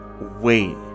wait